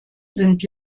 sind